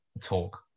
talk